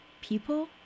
people